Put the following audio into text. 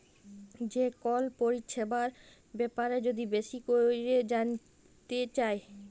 যে কল পরিছেবার ব্যাপারে যদি বেশি ক্যইরে জালতে চায়